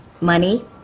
Money